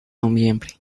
noviembre